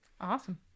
Awesome